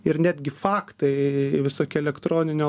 ir netgi faktai visokie elektroninio